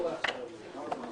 הישיבה ננעלה